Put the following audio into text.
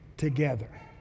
together